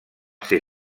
ser